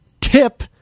tip